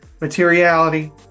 materiality